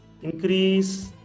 Increase